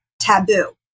taboo